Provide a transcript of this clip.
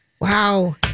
Wow